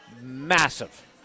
Massive